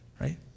right